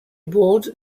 board